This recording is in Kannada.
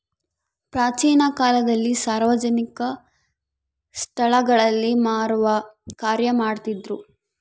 ಪ್ರಾಚೀನ ಕಾಲದಲ್ಲಿ ಸಾರ್ವಜನಿಕ ಸ್ಟಳಗಳಲ್ಲಿ ಮಾರುವ ಕಾರ್ಯ ಮಾಡ್ತಿದ್ರು